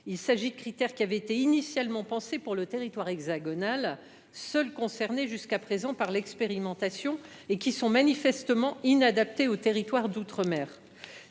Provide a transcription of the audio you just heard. Il s’agit de critères qui avaient été initialement pensés pour le territoire hexagonal, le seul concerné jusqu’à présent par l’expérimentation, et qui sont manifestement inadaptés aux territoires d’outre mer.